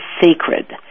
sacred